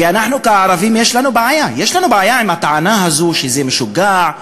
כי לנו הערבים יש בעיה עם הטענה שזה משוגע,